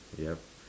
yup